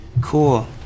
Cool